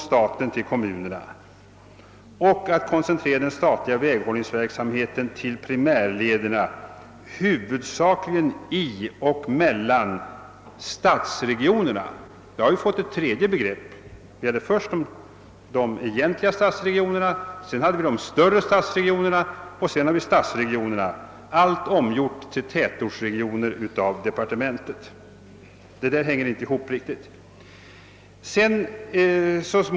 Vägverket ifrågasätter då »att koncentrera den statliga väghållningsverksamheten till primärlederna huvudsakligen i och mellan stadsregionerna». Nu har vi fått ett tredje begrepp. Först talade man om »de egentliga stadsregionerna», sedan om »de större stadsregionerna» och nu om »stadsregionerna», allt omgjort till »tätortsregioner» i departementets referat. Detta hänger inte riktigt ihop.